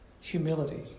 humility